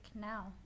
now